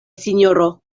sinjoro